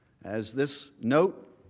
as this note,